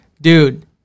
dude